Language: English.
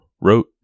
wrote